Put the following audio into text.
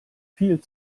viel